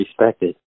respected